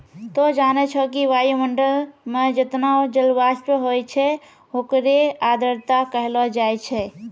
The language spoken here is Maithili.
तोहं जानै छौ कि वायुमंडल मं जतना जलवाष्प होय छै होकरे आर्द्रता कहलो जाय छै